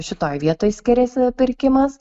šitoj vietoj skiriasi pirkimas